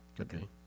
Okay